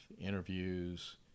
interviews